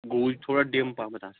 گوٗج تھوڑا ڈِم پَہمَتھ آسان